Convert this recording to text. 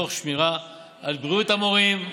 תוך שמירה על בריאות המורים,